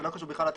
לא קשור לתחרות.